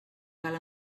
cal